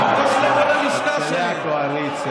עלוב וקטן,